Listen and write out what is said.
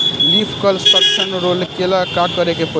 Leaf curl लक्षण रोकेला का करे के परी?